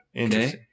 Okay